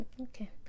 okay